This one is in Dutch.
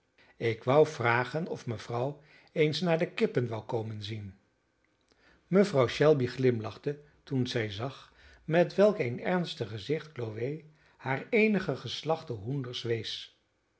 ik wou vragen of mevrouw eens naar de kippen wou komen zien mevrouw shelby glimlachte toen zij zag met welk een ernstig gezicht chloe haar eenige geslachte hoenders wees